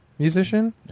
musician